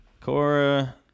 Cora